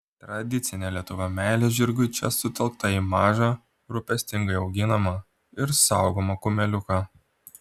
tradicinė lietuvio meilė žirgui čia sutelkta į mažą rūpestingai auginamą ir saugomą kumeliuką